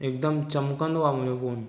एकदमि चमकंदो आहे मुंहिंजो फोन